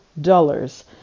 dollars